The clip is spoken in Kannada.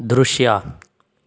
ದೃಶ್ಯ